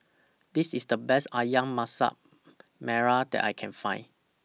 This IS The Best Ayam Masak Merah that I Can Find